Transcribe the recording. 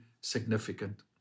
significant